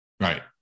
right